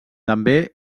també